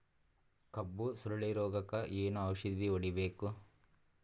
ಕಬ್ಬು ಸುರಳೀರೋಗಕ ಏನು ಔಷಧಿ ಹೋಡಿಬೇಕು?